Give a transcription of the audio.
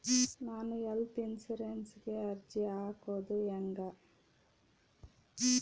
ನಾನು ಹೆಲ್ತ್ ಇನ್ಸುರೆನ್ಸಿಗೆ ಅರ್ಜಿ ಹಾಕದು ಹೆಂಗ?